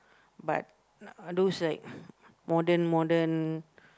but uh those like modern modern